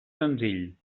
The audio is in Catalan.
senzill